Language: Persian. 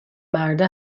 مرده